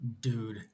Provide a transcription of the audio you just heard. Dude